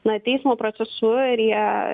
na teismo procesu ir jie